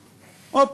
הופ,